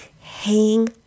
hang